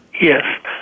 Yes